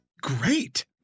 great